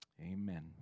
amen